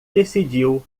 decidiu